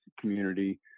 community